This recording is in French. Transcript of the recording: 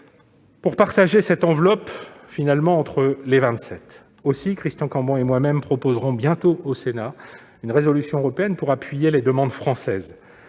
pour partager cette enveloppe entre les Vingt-Sept. Aussi Christian Cambon et moi-même proposerons-nous bientôt au Sénat une résolution européenne pour appuyer les demandes françaises.